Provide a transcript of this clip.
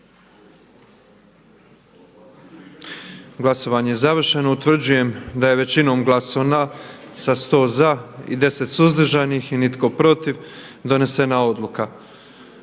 Glasovanje je završeno. Utvrđujem da je većinom glasova, 88 glasova za, 7 suzdržanih i 11 protiv donijeta odluka